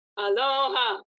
Aloha